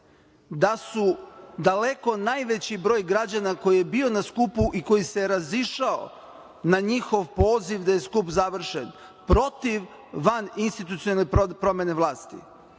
da su daleko najveći broj građana koji je bio na skupu i koji se razišao na njihov poziv da je skup završen protiv vaninstitucionalne promene vlasti,